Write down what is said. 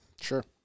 Sure